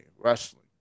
wrestling